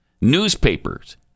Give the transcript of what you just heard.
Newspapers